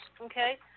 Okay